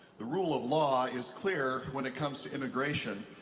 the rule of law is clear when it comes to immigration.